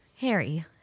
Harry